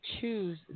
choose